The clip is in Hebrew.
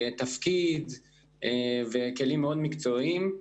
תפקיד וכלים מאוד מקצועיים.